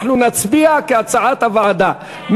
אנחנו נצביע, כהצעת הוועדה.